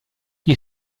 gli